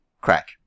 crack